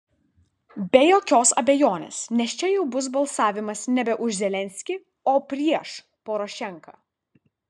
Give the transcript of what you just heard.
be jokios abejonės nes čia jau bus balsavimas nebe už zelenskį o prieš porošenką